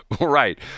Right